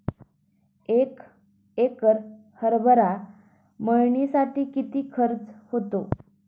एक एकर हरभरा मळणीसाठी किती खर्च होतो?